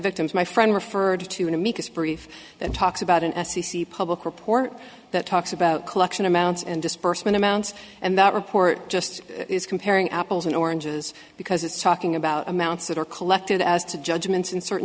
victims my friend referred to an amicus brief that talks about an f c c public report that talks about collection amounts and disbursement amounts and that report just is comparing apples and oranges because it's talking about amounts that are collected as to judgments in certain